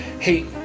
Hey